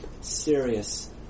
serious